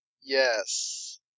Yes